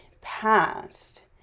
past